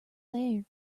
there